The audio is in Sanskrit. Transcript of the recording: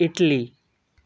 इट्ली